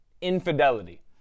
infidelity